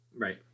right